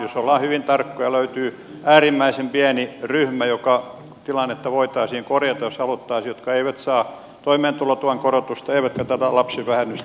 jos ollaan hyvin tarkkoja löytyy äärimmäisen pieni ryhmä jonka tilannetta voitaisiin korjata jos haluttaisiin jotka eivät saa toimeentulotuen korotusta eivätkä tätä lapsivähennystä